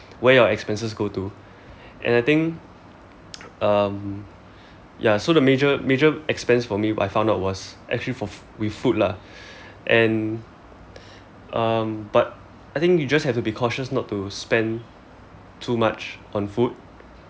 where your expenses go to and I think um ya so the major major expense for me I found out was actually for with food lah and um but I think you just have to be cautious not to spend too much on food